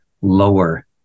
lower